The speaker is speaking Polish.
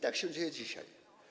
Tak się dzieje dzisiaj.